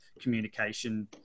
communication